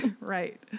Right